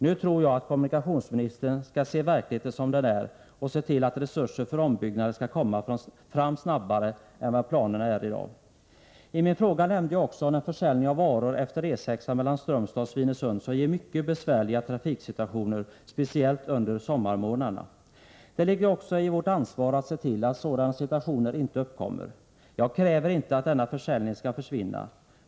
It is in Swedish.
Nu tror jag att kommunikationsministern skall se verkligheten som den är och se till att resurser för ombyggnaden kommer fram snabbare än vad som planerats i dag. I min fråga nämnde jag också försäljning av varor efter E 6-an mellan Strömstad och Svinesund, något som ger mycket besvärliga trafiksituationer, speciellt under sommarmånaderna. Det ligger också i vårt ansvar att se till att sådana situationer inte uppkommer. Jag kräver inte att denna försäljning skall försvinna.